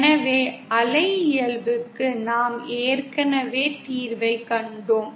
எனவே அலை இயல்புக்கு நாம் ஏற்கனவே தீர்வைக் கண்டோம்